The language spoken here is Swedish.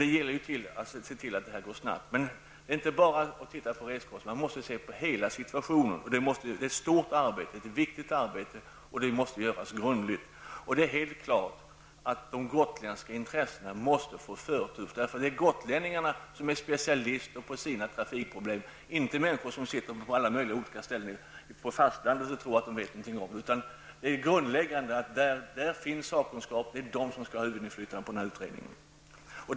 Det gäller att se till att det går snabbt och att inte bara titta på resekostnaderna. Man måste se på hela situationen. Det är ett stort och viktigt arbete som måste göras grundligt. Det är helt klart att de gotländska intressena måste få förtur. Det är gotlänningarna som är specialister på sina trafikproblem -- inte människor som sitter på alla möjliga olika ställen på fastlandet och tror att de vet någonting. Det grundläggande är att de som har sakkunskap också skall ha huvudinflytandet över utredningen.